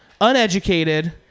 uneducated